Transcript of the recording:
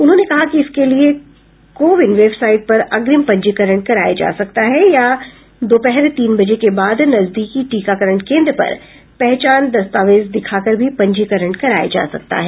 उन्होंने कहा कि इसके लिए कोविन वेबसाइट पर अग्रिम पंजीकरण कराया जा सकता है या दोपहर तीन बजे के बाद नजदीकी टीकाकरण केन्द्र पर पहचान दस्तावेज दिखाकर भी पंजीकरण कराया जा सकता है